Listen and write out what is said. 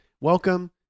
Welcome